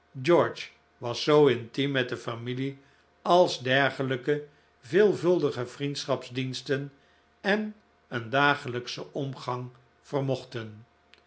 george was zoo intiem met de familie als dergelijke veelvuldige vriendschapsdiensten en een dagelijksche omgang vermochten